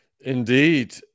Indeed